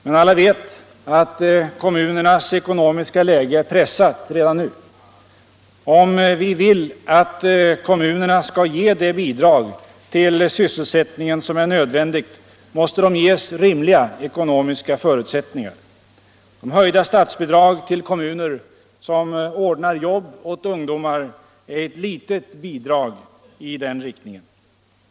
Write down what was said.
Men alla vet att kommunernas ekonomiska läge är pressat redan nu. Om vi vill att kommunerna skall ge det bidrag till sysselsättningen som är nödvändigt måste de ges rimliga ekonomiska förutsättningar. De höjda statsbidragen till kommuner som ordnar jobb åt ungdomar är ett litet bidrag i den riktningen.